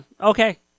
Okay